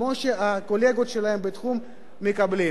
כמו שהקולגות שלהם בתחום מקבלים.